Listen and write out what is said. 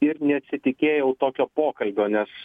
ir nesitikėjau tokio pokalbio nes